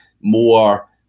More